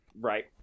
Right